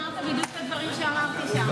אמרת בדיוק את הדברים שאמרתי שם.